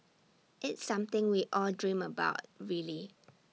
it's something we all dream about really